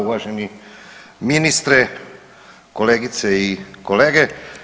Uvaženi ministre, kolegice i kolege.